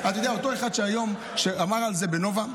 אותו אחד שאמר על נובה,